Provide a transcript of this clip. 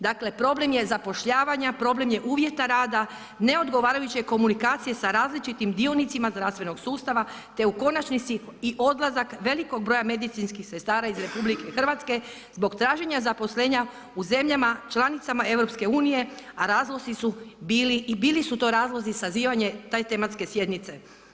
Dakle, problem je zapošljavanja, problem je uvjeta rada, neodgovarajuće komunikacije sa različitim dionicima zdravstvenog sustava te u konačnici i odlazak velikog broja medicinskih sestara iz RH zbog traženja zaposlenja u zemljama članicama EU-a i bili su to razlozi sazivanja te tematske sjednice.